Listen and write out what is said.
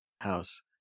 house